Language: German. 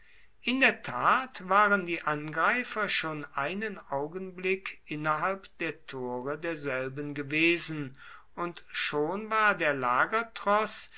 in der tat waren die angreifer schon einen augenblick innerhalb der tore derselben gewesen und schon war der